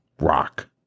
rock